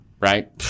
right